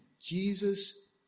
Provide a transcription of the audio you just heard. Jesus